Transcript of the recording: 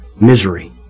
misery